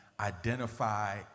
Identify